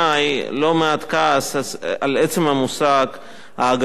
כעס על עצם המושג "האגרה של רשות השידור",